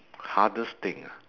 hardest thing ah